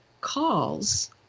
calls